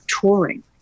touring